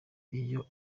iyo